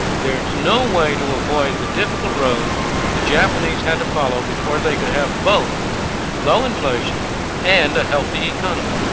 there's no way to avoid the difficult road the japanese had to follow before they could have both low inflation and a healthy economy.